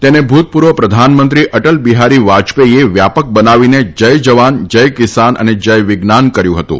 તેને ભુતપૂર્વ પ્રધાનમંત્રી અટલ બિહારી વાજપેઈએ વ્યાપક બનાવીને જય જવાન જય કિશાન અને જય વિજ્ઞાન કર્યું હતું